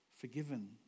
forgiven